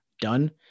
done